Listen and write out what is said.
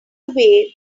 away